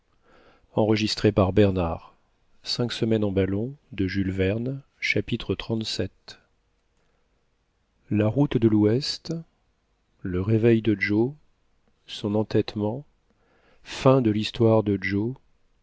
xxxvii la route de louest le réveil de joe son entêtement fin de l'histoire de joe